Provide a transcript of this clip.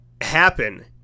happen